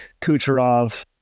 Kucherov